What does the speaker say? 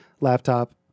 Laptop